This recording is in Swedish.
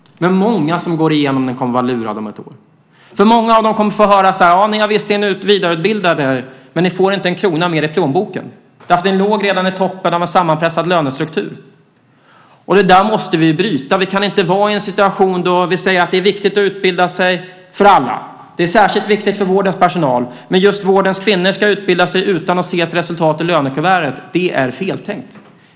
Men många som går igenom den kommer att vara lurade om ett år. Många av dem kommer att få höra: Ni har visserligen vidareutbildat er, men ni får inte en krona mer i plånboken. Ni låg redan i toppen av en sammanpressad lönestruktur. Det måste vi bryta. Vi kan inte vara i en situation där vi säger att det är viktigt att utbilda sig för alla. Det är särskilt viktigt för vårdens personal. Men just vårdens kvinnor ska utbilda sig utan att se ett resultat i lönekuvertet. Det är feltänkt.